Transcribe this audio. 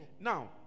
Now